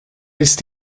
ist